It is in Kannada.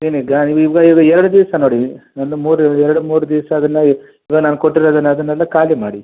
ಪೆಯ್ನಿದೆಯಾ ಎರಡು ದಿವಸ ನೋಡಿ ಒಂದು ಮೂರು ಎರಡು ಮೂರು ದಿವಸ ಅದನ್ನು ಇವಾಗ ನಾನು ಕೊಟ್ಟಿರೋದನ್ನು ಅದನ್ನೆಲ್ಲ ಖಾಲಿ ಮಾಡಿ